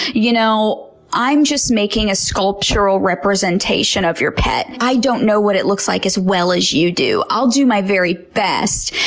you know i'm just making a sculptural representation of your pet. i don't know what it looks like as well as you do. i'll do my very best.